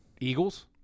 Eagles